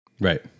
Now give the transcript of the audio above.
right